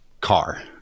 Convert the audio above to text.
car